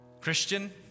Christian